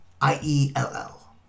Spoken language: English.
I-E-L-L